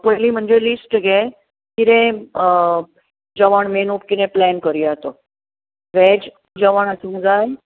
पयली म्हणजे लिस्ट घे कितें जेवण मेनुक कितें प्लेन करया तो वेज जेवण आसूंक जाय